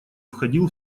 входил